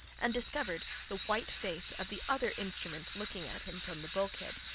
and discovered the white face of the other instrument looking at him from the bulkhead,